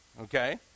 Okay